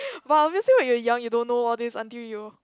but obviously when you are young you don't know all these until you